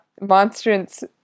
monstrance